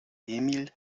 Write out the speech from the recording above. emil